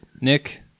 Nick